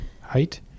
height